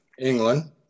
England